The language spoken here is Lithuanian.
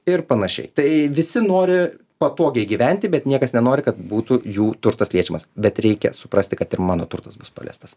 ir panašiai tai visi nori patogiai gyventi bet niekas nenori kad būtų jų turtas liečiamas bet reikia suprasti kad ir mano turtas bus paliestas